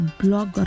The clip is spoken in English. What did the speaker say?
blog